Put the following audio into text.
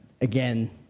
again